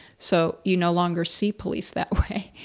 so you no longer see police that way.